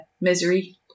Misery